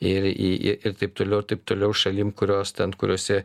ir į ir taip toliau ir taip toliau šalim kurios ten kuriose